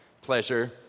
pleasure